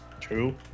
true